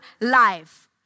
life